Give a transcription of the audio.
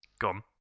Gone